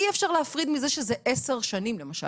אי אפשר להפריד מזה שזה עשר שנים למשל.